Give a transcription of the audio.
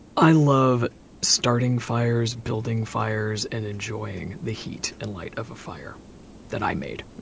i love starting fires, building fires, and enjoying the heat and light of a fire that i made.